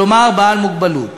כלומר בעל מוגבלות.